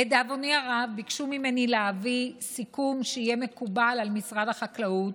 לדאבוני הרב ביקשו ממני להביא סיכום שיהיה מקובל על משרד החקלאות.